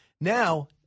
Now